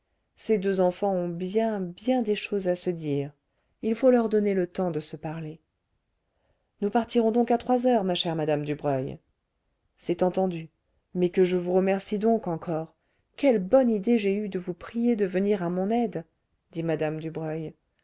ces deux enfants ont bien bien des choses à se dire il faut leur donner le temps de se parler nous partirons donc à trois heures ma chère madame dubreuil c'est entendu mais que je vous remercie donc encore quelle bonne idée j'ai eue de vous prier de venir à mon aide dit mme dubreuil